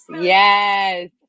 Yes